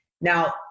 Now